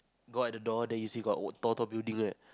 go at the door then you see got word Toto building at